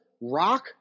rock